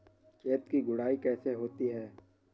खेत की गुड़ाई कैसे होती हैं?